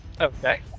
Okay